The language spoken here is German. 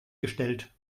gestellt